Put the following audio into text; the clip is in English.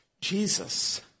Jesus